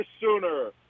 sooner